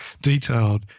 detailed